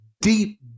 deep